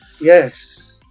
Yes